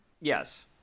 Yes